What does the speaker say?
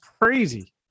crazy